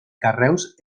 carreus